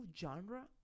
genre